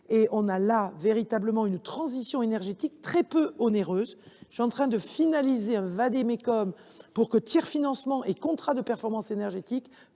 menons véritablement une transition énergétique très peu onéreuse. Je suis en train de finaliser un vade mecum pour que tiers financement et contrats de performance énergétique